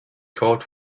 called